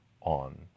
on